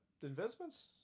Investments